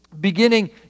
beginning